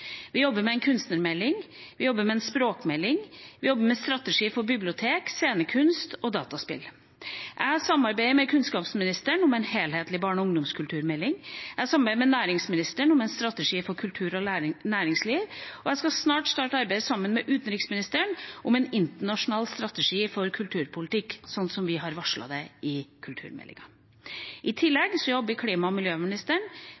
Vi jobber med en kunstnermelding, vi jobber med en språkmelding, vi jobber med en strategi for bibliotek, scenekunst og dataspill. Jeg samarbeider med kunnskapsministeren om en helhetlig barne- og ungdomskulturmelding. Jeg samarbeider med næringsministeren om en strategi for kultur og næringsliv, og jeg skal snart starte arbeidet, sammen med utenriksministeren, med en internasjonal strategi for kulturpolitikk, slik vi har varslet i kulturmeldinga. I